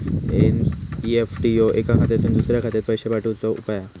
NEFT ह्यो एका खात्यातुन दुसऱ्या खात्यात पैशे पाठवुचो उपाय हा